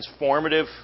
transformative